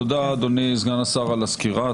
תודה אדוני סגן השר על הסקירה.